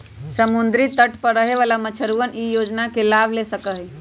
समुद्री तट पर रहे वाला मछुअरवन ई योजना के लाभ ले सका हई